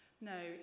no